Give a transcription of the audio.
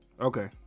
Okay